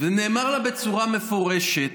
ונאמר לה בצורה מפורשת,